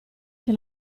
che